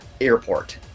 airport